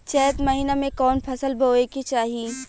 चैत महीना में कवन फशल बोए के चाही?